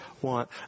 want